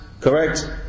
correct